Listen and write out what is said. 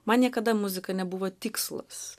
man niekada muzika nebuvo tikslas